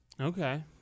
Okay